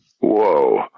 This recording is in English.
whoa